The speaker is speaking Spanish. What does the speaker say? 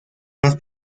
más